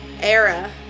era